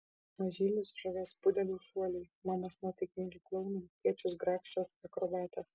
mažylius žavės pudelių šuoliai mamas nuotaikingi klounai tėčius grakščios akrobatės